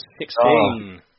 sixteen